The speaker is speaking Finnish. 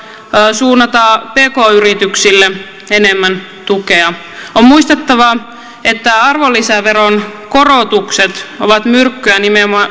suunnata pk yrityksille enemmän tukea on muistettava että arvonlisäveron korotukset ovat myrkkyä nimenomaan